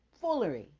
foolery